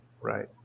Right